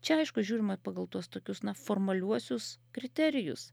čia aišku žiūrima pagal tuos tokius na formaliuosius kriterijus